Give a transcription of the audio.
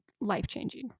life-changing